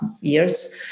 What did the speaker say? years